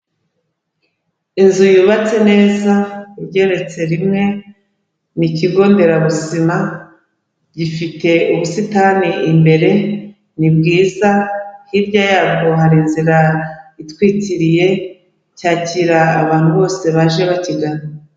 Inzu yubatse neza igereretse rimwe ni ikigo nderabuzima, gifite ubusitani imbere ni bwiza, hirya yabwo hari inzira itwikiriye, cyakira abantu bose baje bakigana.